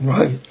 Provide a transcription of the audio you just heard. Right